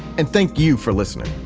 and thank you for listening.